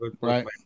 right